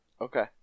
Okay